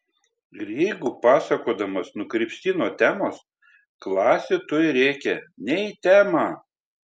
ir jeigu pasakodamas nukrypsti nuo temos klasė tuoj rėkia ne į temą